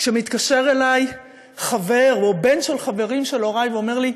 כשמתקשר אלי חבר או בן של חברים של הורי ואומר לי: